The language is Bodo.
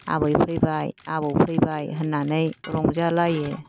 आबै फैबाय आबौ फैबाय होननानै रंजा लायो